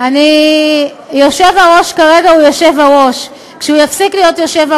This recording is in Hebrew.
אני הסברתי את זה הרבה פעמים: הם צריכים לחיות יחד,